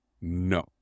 No